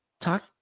talk